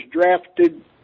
drafted